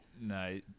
No